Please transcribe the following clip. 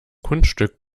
kunststück